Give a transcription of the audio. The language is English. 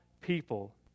people